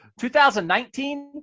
2019